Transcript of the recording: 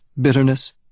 bitterness